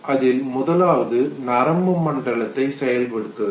அதில் முதலாவது நரம்பு மண்டலத்தை செயல்படுத்துவது